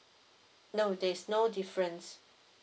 no there is no difference